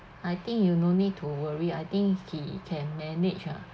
I think you no need to worry I think he can manage ah